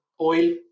oil